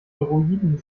droiden